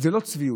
זו לא צביעות,